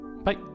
Bye